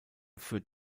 führt